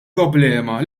problema